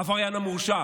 העבריין המורשע